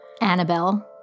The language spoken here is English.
Annabelle